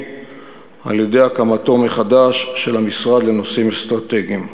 על-ידי הקמתו מחדש של המשרד לנושאים אסטרטגיים.